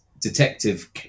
detective